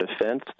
defense